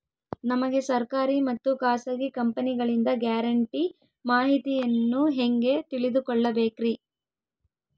ನಮಗೆ ಸರ್ಕಾರಿ ಮತ್ತು ಖಾಸಗಿ ಕಂಪನಿಗಳಿಂದ ಗ್ಯಾರಂಟಿ ಮಾಹಿತಿಯನ್ನು ಹೆಂಗೆ ತಿಳಿದುಕೊಳ್ಳಬೇಕ್ರಿ?